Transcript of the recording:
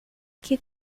que